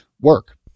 work